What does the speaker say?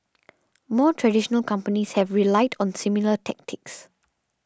more traditional companies have relied on similar tactics